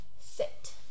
sit